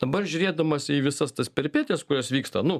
dabar žiūrėdamas į visas tas peripetijas kurios vyksta nu